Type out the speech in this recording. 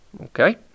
Okay